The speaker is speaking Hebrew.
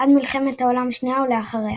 עד מלחמת העולם השנייה ולאחריה